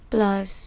Plus